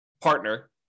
partner